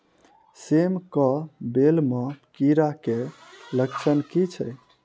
सेम कऽ बेल म कीड़ा केँ लक्षण की छै?